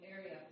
area